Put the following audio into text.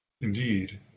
Indeed